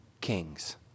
kings